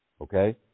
Okay